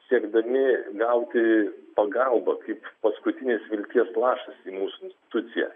siekdami gauti pagalbą kaip paskutinės vilties lašas į mūsų instituciją